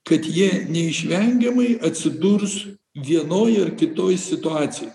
kad jie neišvengiamai atsidurs vienoj ar kitoje situacijoj